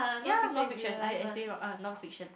ya non fiction I I say wrong ah non fiction